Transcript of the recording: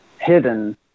hidden